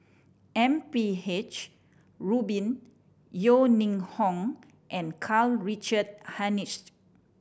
M P H Rubin Yeo Ning Hong and Karl Richard Hanitsch